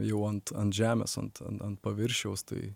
jau ant ant žemės ant ant ant paviršiaus tai